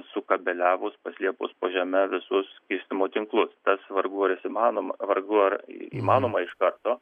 sukabeliavus paslėpus po žeme visus skirstymo tinklus tas vargu ar įmanoma vargu ar įmanoma iš karto